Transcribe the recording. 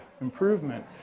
improvement